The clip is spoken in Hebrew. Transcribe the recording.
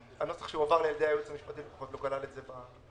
הנוסח שהועבר על ידי הייעוץ המשפטי לא כלל את זה במקור.